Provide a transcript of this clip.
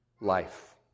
life